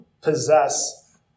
possess